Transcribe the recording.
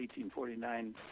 1849